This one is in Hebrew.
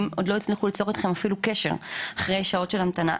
עוד לא הצליחו ליצור אתכם אפילו קשר אחרי שעות של המתנה,